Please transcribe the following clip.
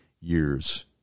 years